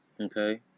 okay